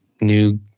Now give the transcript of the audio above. new